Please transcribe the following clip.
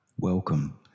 Welcome